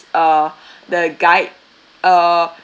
uh the guide uh